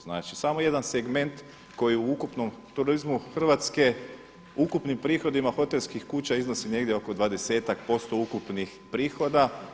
Znači, samo jedan segment koji u ukupnom turizmu Hrvatske u ukupnim prihodima hotelskih kuća iznosi negdje oko 20-tak posto ukupnih prihoda.